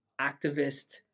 activist